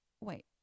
Wait